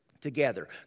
together